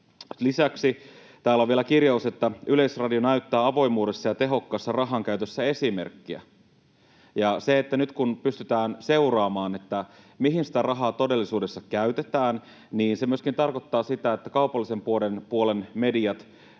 Lisäksi täällä on vielä kirjaus, että ”Yleisradio näyttää avoimuudessa ja tehokkaassa rahankäytössä esimerkkiä”. Nyt kun pystytään seuraamaan, mihin sitä rahaa todellisuudessa käytetään, se myöskin tarkoittaa sitä, että kaupallisen puolen mediat